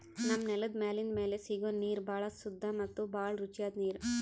ನಮ್ಮ್ ನೆಲದ್ ಮ್ಯಾಲಿಂದ್ ಮ್ಯಾಲೆ ಸಿಗೋ ನೀರ್ ಭಾಳ್ ಸುದ್ದ ಮತ್ತ್ ಭಾಳ್ ರುಚಿಯಾದ್ ನೀರ್